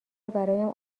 برایم